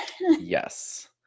Yes